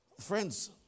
Friends